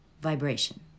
Vibration